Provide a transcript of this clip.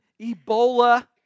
Ebola